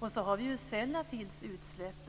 Och så har vi ju Sellafields utsläpp.